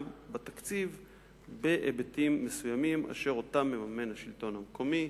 בתקציב בהיבטים מסוימים שאותם מממן השלטון המקומי